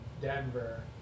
Denver